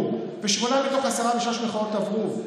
ושמונה מתוך עשרה בשלוש מכינות עברו,